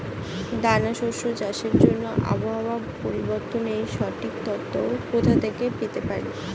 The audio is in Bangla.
দানা শস্য চাষের জন্য আবহাওয়া পরিবর্তনের সঠিক তথ্য কোথা থেকে পেতে পারি?